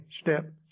step